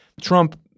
Trump